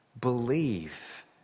Believe